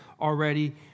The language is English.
already